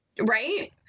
Right